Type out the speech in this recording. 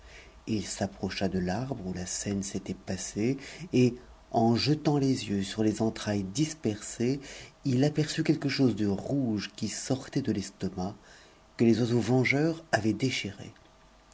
il s'approcha de l'arbre où la scp m s'était passée et en jetant les yeux sur les entrailles dispersées il apo'cm quelque chose de rouge qui sortait de l'estomac que les oiseaux vengeurs avaient déchiré